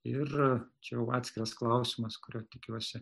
ir čia jau atskiras klausimas kurio tikiuosi